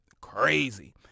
crazy